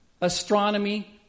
astronomy